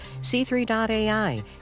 c3.ai